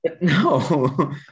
no